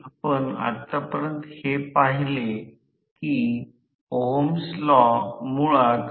आता जर वाहक शिडी आता सरकण्यास मोकळी असेल हलण्याची परवानगी देत असेल तर त्या दिशेने वेग वाढवणे आवश्यक आहे